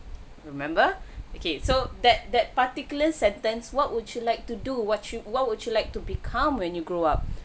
remember okay so that that particular sentence what would you like to do what you what would you like to become when you grow up